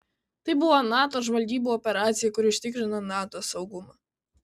tai buvo nato žvalgybų operacija kuri užtikrino nato saugumą